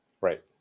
Right